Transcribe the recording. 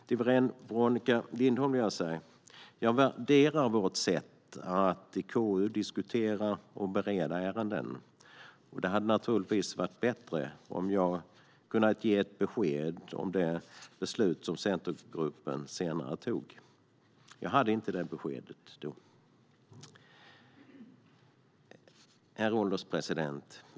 Till Veronica Lindholm vill jag säga att jag värderar vårt sätt att i KU diskutera och bereda ärenden. Det hade naturligtvis varit bättre om jag hade kunnat ge ett besked om det beslut som Centergruppen senare tog, men jag hade inte detta besked då. Herr ålderspresident!